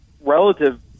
relative